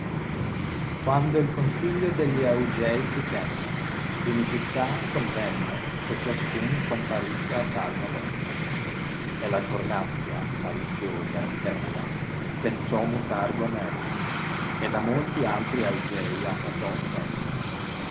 uando il consiglio degli augei si tenne di nicistà convenne che ciascun comparisse a tav novèlla e la cornacchia maliziosa e iella pensò mutar gonnella e da molti altri augei